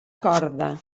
corda